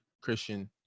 christian